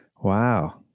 Wow